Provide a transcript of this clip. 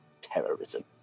terrorism